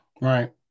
Right